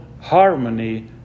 harmony